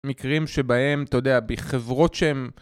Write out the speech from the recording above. מקרים שבהם, אתה יודע, בחברות שהן...